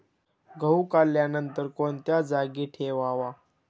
गहू काढल्यानंतर कोणत्या जागी ठेवावा?